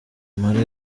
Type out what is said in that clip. impala